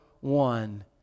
one